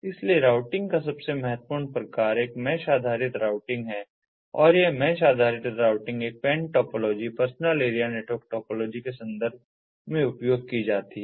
इसलिए राउटिंग का सबसे महत्वपूर्ण प्रकार एक मैश आधारित राउटिंग है और यह मैश आधारित राउटिंग एक PAN topology personal area network topology के संदर्भ में उपयोग की जाती है